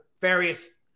various